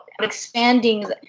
expanding